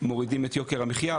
ומורידים את יוקר המחיה,